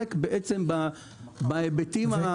שעוסק בהסעות תלמידים.